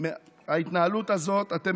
אתם